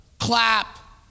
clap